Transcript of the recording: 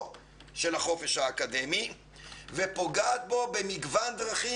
של החופש האקדמי ופוגעת בו במגוון דרכים,